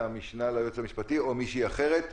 המשנה ליועץ המשפטי או מישהי אחרת.